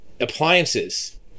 appliances